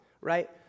right